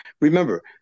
Remember